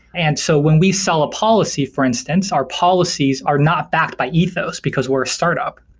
and so when we sell a policy for instance, our policies are not backed by ethos, because we're a startup,